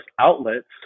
outlets